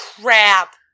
crap